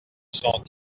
sont